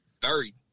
buried